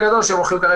בטיסות היוצאות מכאן,